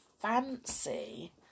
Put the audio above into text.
fancy